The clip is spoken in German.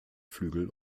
flügel